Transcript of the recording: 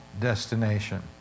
destination